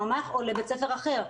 לממ"ח או לבית ספר אחר.